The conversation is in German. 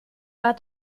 war